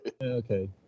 Okay